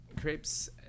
crepes